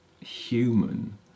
human